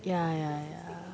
ya ya ya